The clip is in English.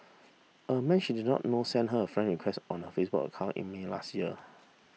a man she did not know sent her a friend request on her Facebook account in May last year